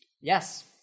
Yes